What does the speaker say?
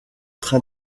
train